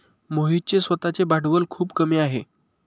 मोहितचे स्वतःचे भांडवल खूप कमी आहे